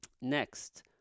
next